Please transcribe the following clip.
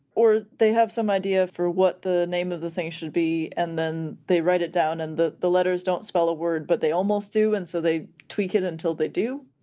or they have some idea for for what the name of the thing should be. and then they write it down and the the letters don't spell a word, but they almost do. and so they tweak it until they do.